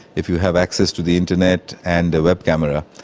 if you have access to the internet and a web camera,